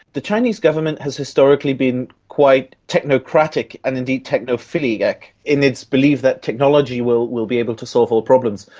the chinese government has historically been quite technocratic and indeed technophiliac in its belief that technology will will be able to solve all problems.